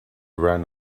ran